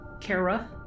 Kara